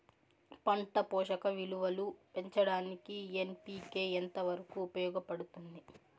పంట పోషక విలువలు పెంచడానికి ఎన్.పి.కె ఎంత వరకు ఉపయోగపడుతుంది